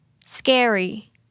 scary